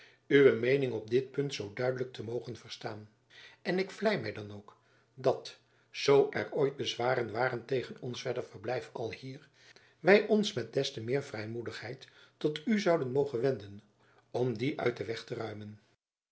op dit punt zoo duidelijk te mogen verstaan en ik vlei my dan ook dat zoo er ooit bezwaren waren tegen ons verder verblijf alhier wy ons met des te meer vrijmoedigheid tot u zouden mogen wenden om die uit den wee te ruimen